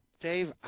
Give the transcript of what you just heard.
Dave